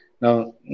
Now